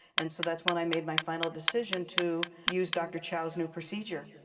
and so that's when i made my final decision to use dr. chow's new procedure.